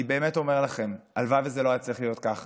אני באמת אומר לכם: הלוואי שזה לא היה צריך להיות ככה,